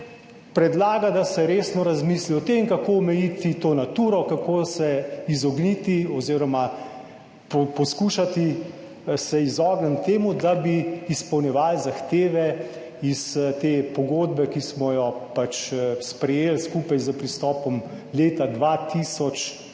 predlaga, da se resno razmisli o tem, kako omejiti to Naturo, kako se izogniti oziroma poskušati se izogniti temu, da bi izpolnjevali zahteve iz te pogodbe, ki smo jo pač sprejeli skupaj s pristopom leta 2004,